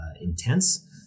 intense